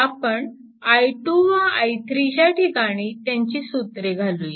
आपण i2 व i3 च्या ठिकाणी त्यांची सूत्रे घालूया